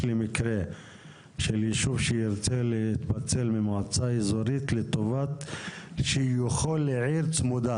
יש לי מקרה של יישוב שירצה להתפצל ממועצה אזורית לטובת עיר צמודה.